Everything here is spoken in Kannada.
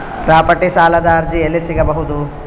ಪ್ರಾಪರ್ಟಿ ಸಾಲದ ಅರ್ಜಿ ಎಲ್ಲಿ ಸಿಗಬಹುದು?